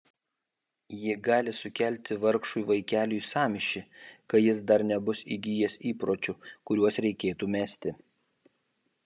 ji gali sukelti vargšui vaikeliui sąmyšį kai jis dar nebus įgijęs įpročių kuriuos reikėtų mesti